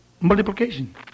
Multiplication